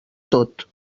tot